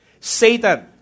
Satan